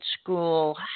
school